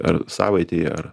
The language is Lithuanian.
ar savaitei ar